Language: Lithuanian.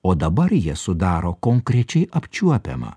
o dabar jie sudaro konkrečiai apčiuopiamą